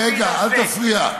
רגע, אל תפריע.